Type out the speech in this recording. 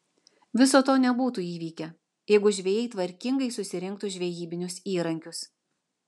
viso to nebūtų įvykę jeigu žvejai tvarkingai susirinktų žvejybinius įrankius